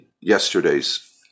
yesterday's